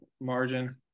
margin